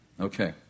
Okay